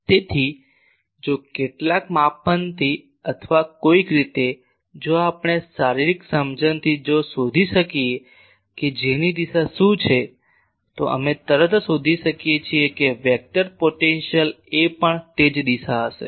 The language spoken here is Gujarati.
તેથી જો કેટલાક માપનથી અથવા કોઈક રીતે જો આપણે શારીરિક સમજણથી જો શોધી શકીએ કે J ની દિશા શું છે તો અમે તરત જ શોધી શકીએ છીએ કે વેક્ટર પોટેન્શિયલ A પણ તે જ દિશા હશે